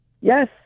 Yes